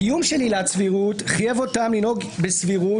קיום של עילת סבירות חייב אותם לנהוג בסבירות